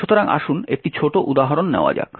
সুতরাং আসুন একটি ছোট উদাহরণ নেওয়া যাক